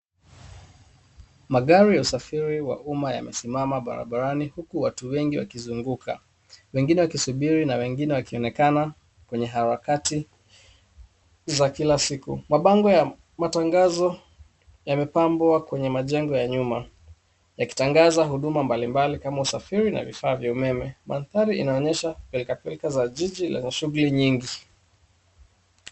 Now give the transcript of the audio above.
Magari ya usafiri wa umma yamesimama barabarani huku watu wengi wakizunguka, wengine wakisubiri na wengine wakionekana kwenye harakati za kila siku. Mabango ya matangazo yamepambwa kwenye majengo ya nyuma yakitangaza huduma mbalimbali kama usafiri na vifaa vya umeme. Mandhari inaonyesha pilikapilika za jiji lenye shughuli nyingi.